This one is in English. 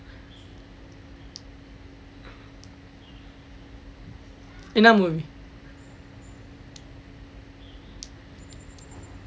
என்ன:enna movie